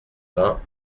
vingts